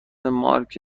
مارک